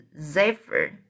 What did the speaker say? zephyr